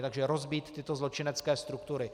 Takže rozbít tyto zločinecké struktury.